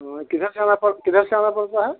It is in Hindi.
हाँ किधर जाना पड़ किधर से आना पड़ता है